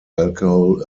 alcohol